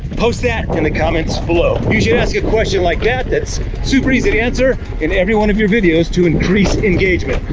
post that in the comments below. you should ask your question like that, that's super easy to answer, in every one of your videos to increase engagement.